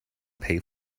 pay